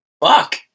Fuck